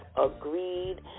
agreed